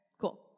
cool